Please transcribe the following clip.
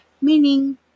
Meaning